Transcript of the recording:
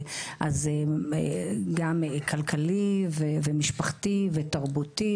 אז גם כלכלי ומשפחתי ותרבותי,